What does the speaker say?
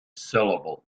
syllable